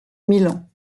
milan